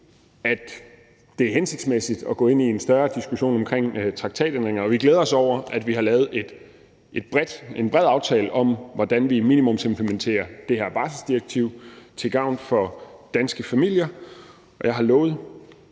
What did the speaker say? at det er hensigtsmæssigt at gå ind i en større diskussion om traktatændringer, og vi glæder os over, at der er lavet et bredt en bred aftale om, hvordan vi minimumsimplementerer det her barselsdirektiv til gavn for danske familier. Og udover